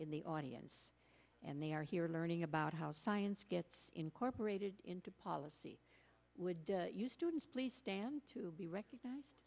in the audience and they are here learning about how science gets incorporated into policy would you students please stand to be recognized